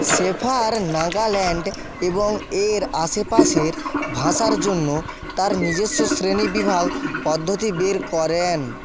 shepherd Nagaland এবং এর আশেপাশের ভাষার জন্য তার নিজস্ব শ্রেণীবিভাগ পদ্ধতি বের করেন